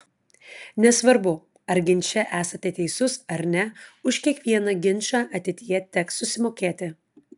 nesvarbu ar ginče esate teisus ar ne už kiekvieną ginčą ateityje teks susimokėti